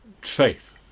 faith